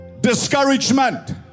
discouragement